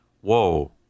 whoa